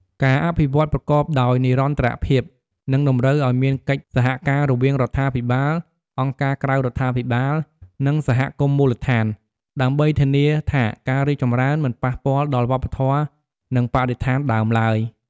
ការអភិវឌ្ឍន៍ប្រកបដោយនិរន្តរភាពនឹងតម្រូវឱ្យមានកិច្ចសហការរវាងរដ្ឋាភិបាល អង្គការក្រៅរដ្ឋាភិបាល និងសហគមន៍មូលដ្ឋាន ដើម្បីធានាថាការរីកចម្រើនមិនប៉ះពាល់ដល់វប្បធម៌ និងបរិស្ថានដើមឡើយ។